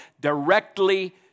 directly